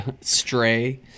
stray